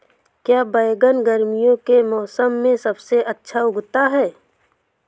क्या बैगन गर्मियों के मौसम में सबसे अच्छा उगता है?